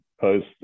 post